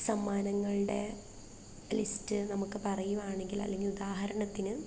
സമ്മാനങ്ങളുടെ list നമുക്ക് പറയുകയാണെങ്കിൽ അല്ലെങ്കിൽ ഉദാഹരണത്തിന്